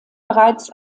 bereits